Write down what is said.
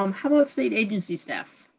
um how about state agency staff?